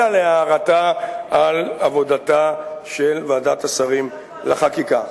אלא להערתה על עבודתה של ועדת השרים לחקיקה.